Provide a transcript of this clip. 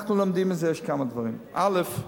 אנחנו לומדים מזה כמה דברים: א.